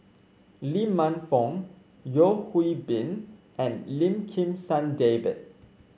Lee Man Fong Yeo Hwee Bin and Lim Kim San David